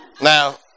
Now